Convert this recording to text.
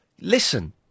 Listen